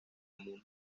mundo